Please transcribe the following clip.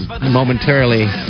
momentarily